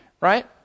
Right